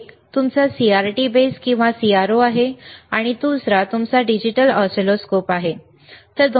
एक तुमचा CRT base किंवा CRO आहे आणि दुसरा तुमचा डिजिटल ऑसिलोस्कोप आहे ठीक आहे